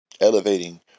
elevating